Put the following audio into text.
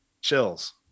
Chills